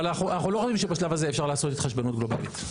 אבל אנחנו לא חושבים שבשלב הזה אפשר לעשות התחשבנות גלובלית,